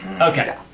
Okay